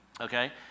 Okay